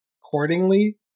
accordingly